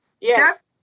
Yes